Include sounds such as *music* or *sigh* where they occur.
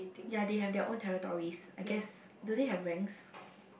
ya they have their own territories I guess do they have ranks *breath*